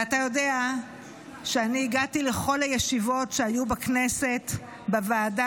ואתה יודע שאני הגעתי לכל הישיבות שהיו בכנסת בוועדה